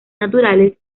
naturales